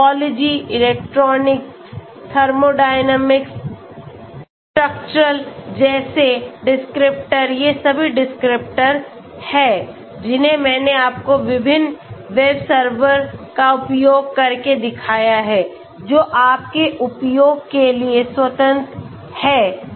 तो topology electronic thermodynamics structural जैसे descriptor ये सभी डिस्क्रिप्टर हैं जिन्हें मैंने आपको विभिन्न वेब सर्वरों का उपयोग करके दिखाया है जो आपके उपयोग के लिए स्वतंत्र हैं